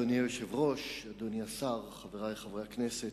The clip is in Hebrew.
אדוני היושב-ראש, אדוני השר, חברי חברי הכנסת,